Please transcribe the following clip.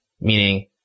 meaning